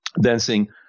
dancing